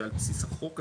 שעל בסיס החוק הזה,